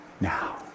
Now